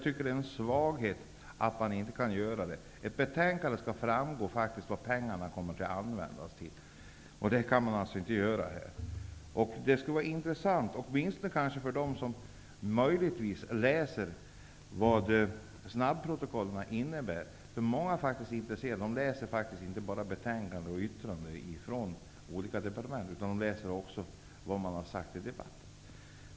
Det är en svaghet; det bör framgå av ett betänkande vad pengarna kommer att användas till. Det skulle också vara intressant för dem som möjligtvis läser snabbprotokollet. Många läser inte bara betänkanden och yttranden från olika departement, utan de läser också vad som har sagts i debatten.